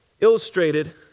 illustrated